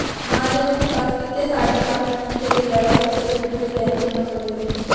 महाजनों के पास वित्तीय सहायता प्राप्त करने के लिए धरोहर के रूप में वे गहने जमा करते थे